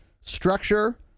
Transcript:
structure